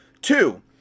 two